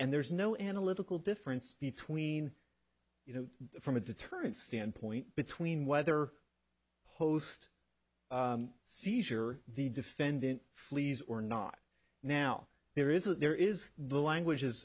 and there's no analytical difference between you know from a deterrence standpoint between whether host seizure the defendant flees or not now there is a there is the language